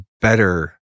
better